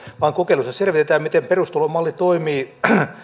vaan kokeilussa selvitetään miten perustulomalli toimii